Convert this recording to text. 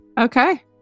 Okay